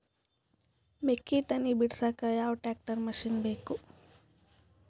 ಮೆಕ್ಕಿ ತನಿ ಬಿಡಸಕ್ ಯಾವ ಟ್ರ್ಯಾಕ್ಟರ್ ಮಶಿನ ಬೇಕು?